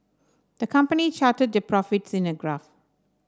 the company charted their profits in a graph